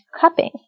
cupping